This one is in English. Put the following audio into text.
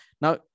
Now